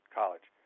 college